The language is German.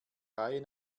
reihe